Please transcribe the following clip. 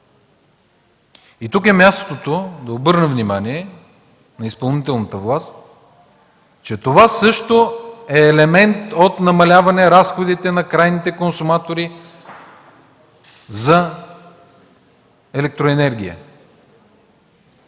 Тук е мястото да обърна внимание на изпълнителната власт, че това също е елемент от намаляване разходите на крайните консуматори за електроенергия.